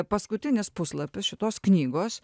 paskutinis puslapis šitos knygos